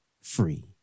free